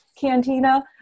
cantina